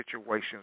situations